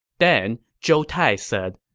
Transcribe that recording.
then, zhou tai said,